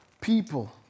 people